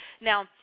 Now